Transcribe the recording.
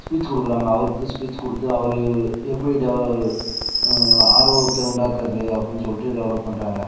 speech கொடுக்குறாங்க அவருக்கு speech கொடுத்து அவர் எப்படி டெ ஆர்வத்தை உண்டாக்குறது அப்படின்னு சொல்லிட்டு டெவலப் பண்ணுறாங்க